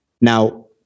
Now